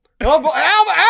Albert